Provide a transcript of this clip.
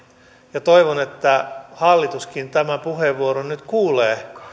ja toivon että hallituskin tämän puheenvuoron nyt kuulee